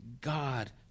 God